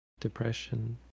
Depression